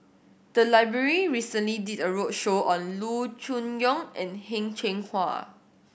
the library recently did a roadshow on Loo Choon Yong and Heng Cheng Hwa